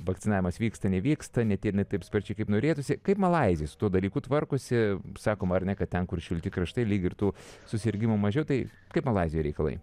vakcinavimas vyksta nevyksta ne tie ne taip sparčiai kaip norėtųsi kaip malaizijoj su tuo dalyku tvarkosi sakoma ar ne kad ten kur šilti kraštai lyg ir tų susirgimų mažiau tai kaip malaizijoj reikalai